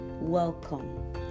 welcome